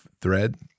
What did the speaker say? thread